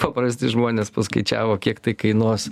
paprasti žmonės paskaičiavo kiek tai kainuos